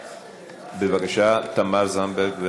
בבקשה, תמר זנדברג.